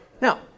Now